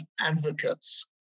advocates